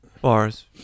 bars